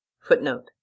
footnote